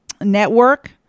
network